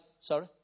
sorry